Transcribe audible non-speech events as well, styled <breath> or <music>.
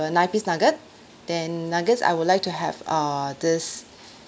a nine piece nugget then nuggets I would like to have err this <breath>